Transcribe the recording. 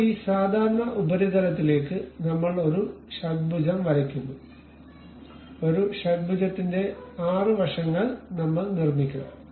ഇപ്പോൾ ഈ സാധാരണ ഉപരിതലത്തിലേക്ക് നമ്മൾ ഒരു ഷഡ്ഭുജം വരയ്ക്കുന്നു ഒരു ഷഡ്ഭുജെത്തിന്റെ 6 വശങ്ങൾ നമ്മൾ നിർമിക്കും